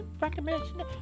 recommendation